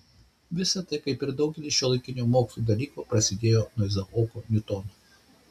visa tai kaip ir daugelis šiuolaikinio mokslo dalykų prasidėjo nuo izaoko niutono